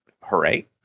hooray